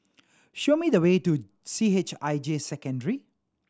show me the way to C H I J Secondary